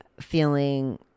feeling